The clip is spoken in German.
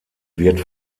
wird